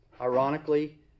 ironically